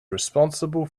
responsible